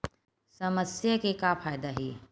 समस्या के का फ़ायदा हे?